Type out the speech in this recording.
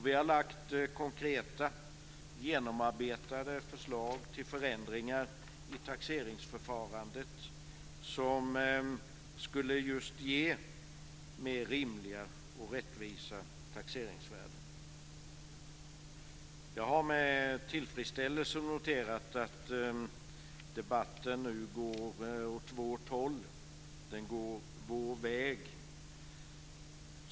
Vi har lagt fram konkreta, genomarbetade förslag till förändringar i taxeringsförfarandet som skulle just ge mer rimliga och rättvisa taxeringsvärden. Jag har med tillfredsställelse noterat att debatten nu går åt vårt håll, den går vår väg.